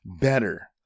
better